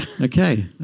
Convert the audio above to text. Okay